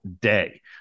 day